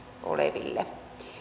oleville